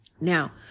now